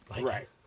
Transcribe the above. Right